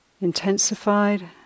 intensified